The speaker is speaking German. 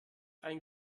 ein